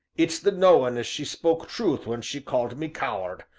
it's the knowin' as she spoke truth when she called me coward,